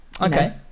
okay